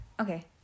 Okay